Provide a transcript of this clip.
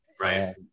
Right